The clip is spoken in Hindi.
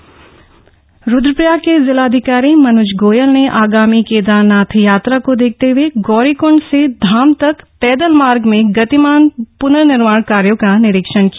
केदारनाथ निरीक्षण रुद्रप्रयाग के जिलाधिकारी मन्ज गोयल ने आगामी केदारनाथ यात्रा को देखते हए गौरीकृंड से धाम तक पैदल मार्ग में गतिमान पुनर्निर्माण कार्यो का निरीक्षण किया